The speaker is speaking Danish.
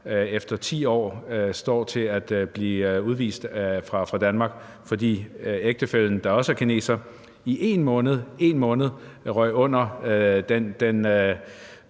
efter 10 år står til at blive udvist af Danmark, fordi ægtefællen, der også er kineser, i 1 måned – 1 måned